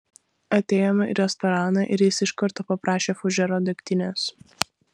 atėjome į restoraną ir jis iš karto paprašė fužero degtinės